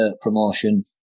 promotion